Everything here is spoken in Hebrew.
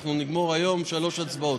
אנחנו נגמור היום שלוש הצבעות,